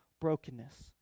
brokenness